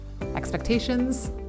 expectations